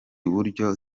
buryo